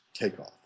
takeoff